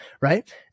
right